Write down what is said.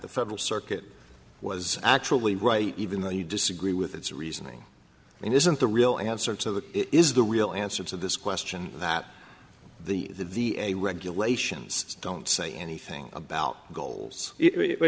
the federal circuit was actually right even though you disagree with its reasoning it isn't the real answer to that is the real answer to this question that the the a regulations don't say anything about goals